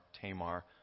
Tamar